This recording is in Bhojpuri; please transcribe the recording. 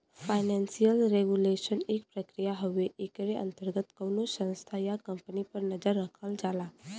फाइनेंसियल रेगुलेशन एक प्रक्रिया हउवे एकरे अंतर्गत कउनो संस्था या कम्पनी पर नजर रखल जाला